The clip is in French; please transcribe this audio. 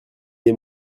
les